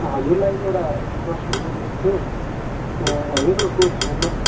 हजुरलाई एउटा प्रश्न सोध्नु थियो हजुरहरूको ठाउँमा